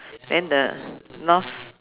then the north